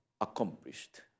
accomplished